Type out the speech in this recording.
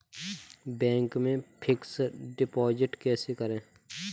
Bank में fix deposit कैसे करें?